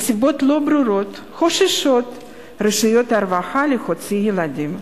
מסיבות לא ברורות חוששות רשויות הרווחה להוציא ילדים.